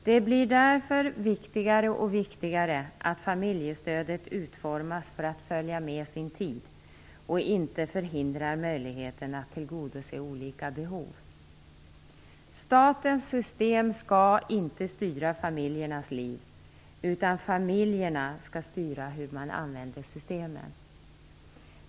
Det blir därför viktigare och viktigare att familjestödet utformas för att följa med sin tid och inte förhindrar möjligheterna att tillgodose olika behov. Statens system skall inte styra familjernas liv, utan familjerna skall styra användningen av systemet.